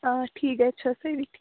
آ ٹھیٖک گَرِ چھِوَ سٲرے ٹھیٖک